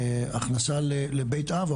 הכנסה לבית אב,